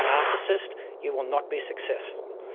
narcissist, you will not be successful.